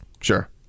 Sure